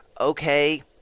okay